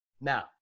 Now